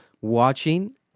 watching